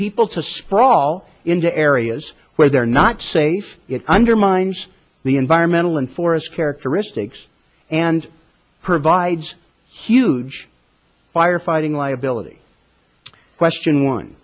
people to sprawl into areas where they're not safe it undermines the environmental and forest characteristics and provides huge firefighting liability question